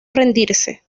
rendirse